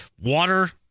water